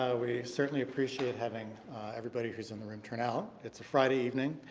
ah we certainly appreciate having everybody who's in the room turn out. it's a friday evening.